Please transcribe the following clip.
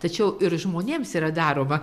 tačiau ir žmonėms yra daroma